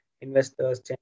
Investors